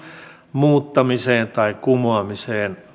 muuttamiseen tai kumoamiseen